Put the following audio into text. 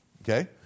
Okay